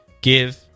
Give